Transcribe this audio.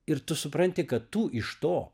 ir tu supranti kad tu iš to